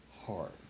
heart